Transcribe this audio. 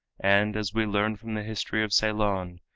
and, as we learn from the history of ceylon,